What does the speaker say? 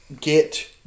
get